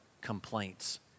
complaints